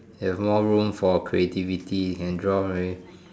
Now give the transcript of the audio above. it has more room for creativity can draw very